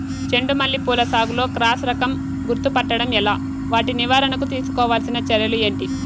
చెండు మల్లి పూల సాగులో క్రాస్ రకం గుర్తుపట్టడం ఎలా? వాటి నివారణకు తీసుకోవాల్సిన చర్యలు ఏంటి?